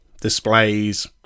displays